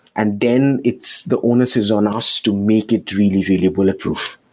and then it's the onus is on us to make it really, really bulletproof.